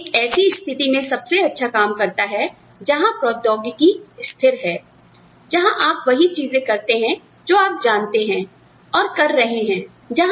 तो यह ऐसी स्थिति में सबसे अच्छा काम करता है जहां प्रौद्योगिकी स्थिर है जहां आप वही चीजें करते हैं जो आप जानते हैं और कर रहे हैं